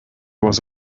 was